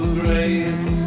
grace